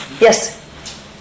Yes